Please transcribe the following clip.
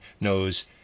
knows